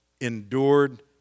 endured